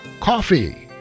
coffee